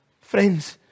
Friends